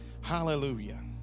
Hallelujah